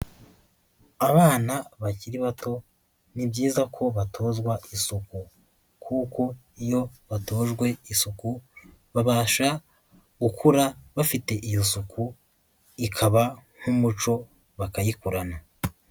Abana bakiri bato, ni byiza ko batozwa isuku. Kuko iyo batojwe isuku, babasha gukura bafite iyo suku ikaba nk'umuco, bakayikorana.